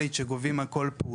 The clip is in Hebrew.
המינימלית שגובים על כל פעולה.